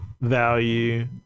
value